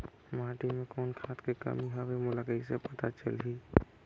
माटी मे कौन खाद के कमी हवे मोला कइसे पता चलही?